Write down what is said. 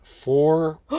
four